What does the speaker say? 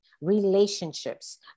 relationships